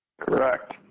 Correct